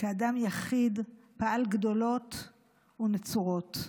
שכאדם יחיד פעל גדולות ונצורות.